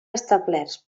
establerts